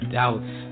doubts